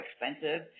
expensive